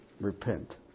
repent